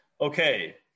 okay